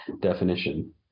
definition